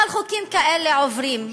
אבל חוקים כאלה עוברים.